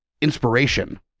inspiration